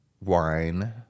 wine